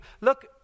look